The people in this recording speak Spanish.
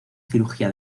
cirugía